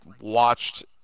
watched